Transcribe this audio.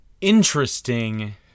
Interesting